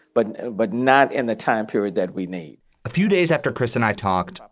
but but not in the time period that we need a few days after chris and i talked,